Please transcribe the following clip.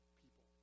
people